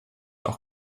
auch